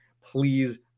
Please